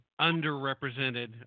underrepresented